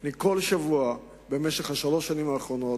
כל שבוע בשלוש השנים האחרונות,